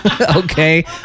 Okay